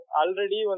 already